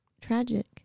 tragic